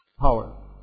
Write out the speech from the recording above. Power